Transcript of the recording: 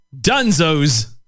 Dunzos